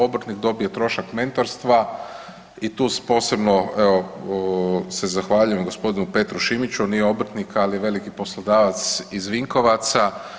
Obrtnik dobije trošak mentorstva i tu posebno evo se zahvaljujem gospodinu Petru Šimiću, on nije obrtnik ali je veliki poslodavac iz Vinkovaca.